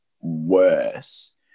worse